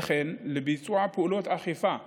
וכן לביצוע פעולות אכיפה ממוקדות.